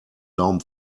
daumen